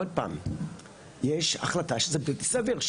עוד פעם יש החלטה שזה בלתי סביר,